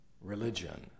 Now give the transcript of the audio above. religion